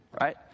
right